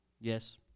Yes